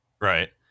Right